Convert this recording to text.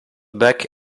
bach